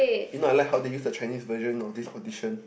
you know I like how they use the Chinese version for this audition